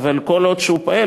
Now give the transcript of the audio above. אבל כל עוד הוא פועל,